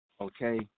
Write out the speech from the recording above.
Okay